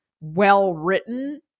well-written